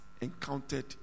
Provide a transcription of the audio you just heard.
encountered